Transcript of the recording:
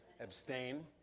Abstain